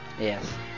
Yes